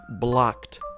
blocked